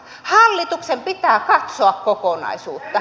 hallituksen pitää katsoa kokonaisuutta